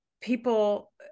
people